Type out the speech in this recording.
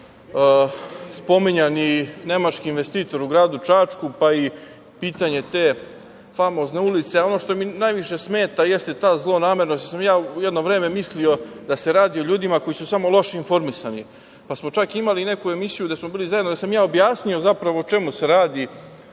spominjan i nemački investitor u gradu Čačku, pa i pitanje te famozne ulice. Ono što mi najviše smeta jeste ta zlonamernost. Ja sam jedno vreme mislio da se radi o ljudima koji su samo loše informisani, pa samo čak imali jednu emisiju gde sam objasnio o čemu se radi.